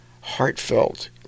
heartfelt